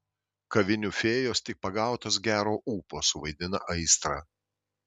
kavinių fėjos tik pagautos gero ūpo suvaidina aistrą